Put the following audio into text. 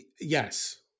yes